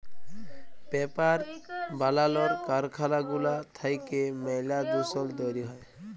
paper বালালর কারখালা গুলা থ্যাইকে ম্যালা দুষল তৈরি হ্যয়